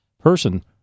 person